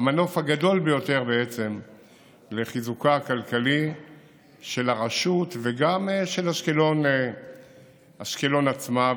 זה המנוף הגדול ביותר בעצם לחיזוקה הכלכלי של הרשות וגם של אשקלון עצמה.